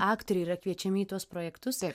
aktoriai yra kviečiami į tuos projektus ir